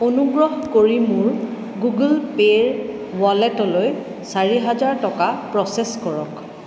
অনুগ্ৰহ কৰি মোৰ গুগল পেৰ ৱালেটলৈ চাৰি হাজাৰ টকা প্ৰ'চেছ কৰক